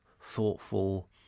thoughtful